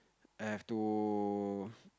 have to